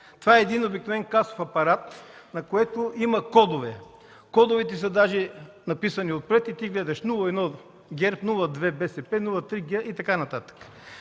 Това е един обикновен касов апарат, на който има кодове. Кодовете даже са написани отпред и ти гледаш: 01 – ГЕРБ, 02 – БСП, 03 и така нататък.